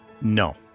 No